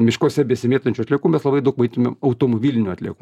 miškuose besimėtančių atliekų mes labai daug maitumėm automobilinių atliekų